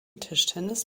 tischtennis